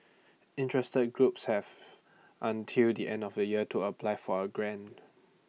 interested groups have until the end of the year to apply for A grant